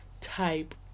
type